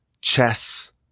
chess